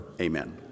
amen